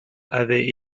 avaient